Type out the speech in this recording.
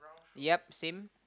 yea same